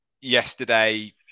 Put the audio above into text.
Yesterday